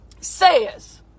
says